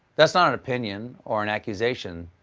that's not an opinion or an accusation.